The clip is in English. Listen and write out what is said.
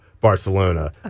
Barcelona